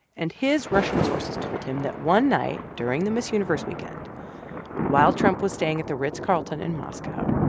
and his russian sources told him that one night during the miss universe weekend while trump was staying at the ritz-carlton in moscow,